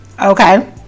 Okay